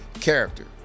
character